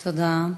תודה.